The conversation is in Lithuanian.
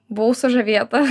buvau sužavėta